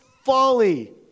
Folly